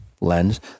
lens